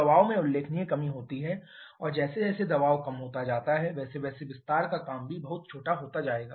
दबाव में उल्लेखनीय कमी होती है और जैसे जैसे दबाव कम होता जाता है वैसे वैसे विस्तार का काम भी बहुत छोटा होता जाएगा